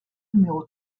numéro